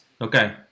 Okay